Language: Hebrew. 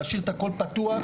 להשאיר את הכל פתוח,